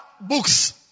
books